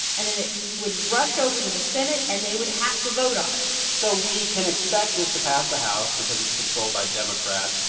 and then it would rush over to the senate. and they would have to vote on it so we can expect this to pass the house because it's controlled by democrats.